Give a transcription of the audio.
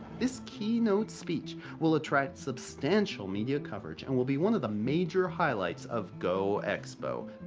this keynote speech will attract substantial media coverage and will be one of the major highlights of go-expo.